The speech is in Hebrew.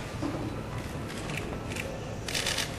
(חברי הכנסת מכבדים בקימה את זכרו של המנוח.) תודה רבה.